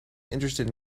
interested